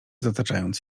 zataczając